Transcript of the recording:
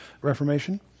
Reformation